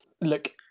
look